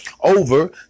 over